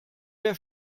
der